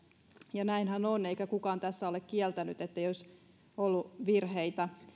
ja näinhän on eikä kukaan tässä ole kieltänyt ettei olisi ollut virheitä